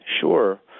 Sure